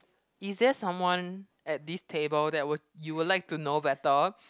is there someone at this table that were you would like to know better